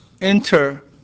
enter